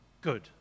good